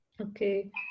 okay